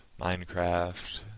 Minecraft